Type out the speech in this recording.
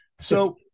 So-